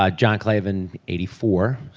ah john clavin, eighty four.